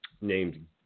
named